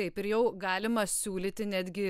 taip ir jau galima siūlyti netgi